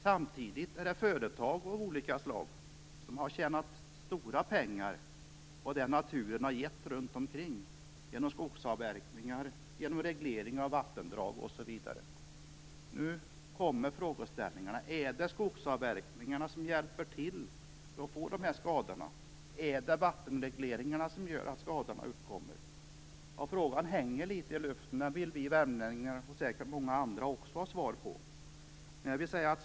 Samtidigt har företag av olika slag tjänat stora pengar på det som naturen runt omkring har gett, genom skogsavverkningar, regleringar av vattendrag osv. Nu kommer frågorna: Medverkar skogsavverkningarna till att dessa skador uppstår? Gör vattenregleringarna att skadorna uppkommer? Frågorna hänger litet i luften. Dem vill vi värmlänningar, och säkert många andra, ha svar på.